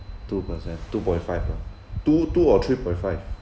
two percent two point five lah two two or three point five